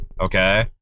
okay